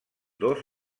dos